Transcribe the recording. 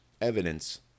evidence